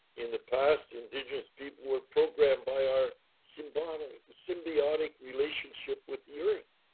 in the past, indigenous people were programmed by our symbolic symbiotic relationship with the earth.